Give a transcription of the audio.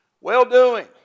Well-doing